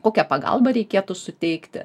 kokią pagalbą reikėtų suteikti